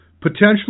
potentially